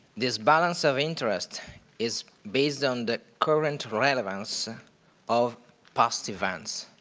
this balance of interests is based on the current relevance of past events,